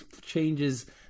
changes